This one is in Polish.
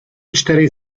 czterej